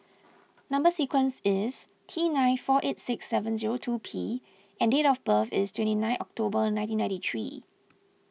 Number Sequence is T nine four eight six seven zero two P and date of birth is twenty nine October nineteen ninety three